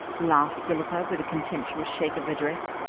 laughed philippa, with a contemptuous shake of her dress.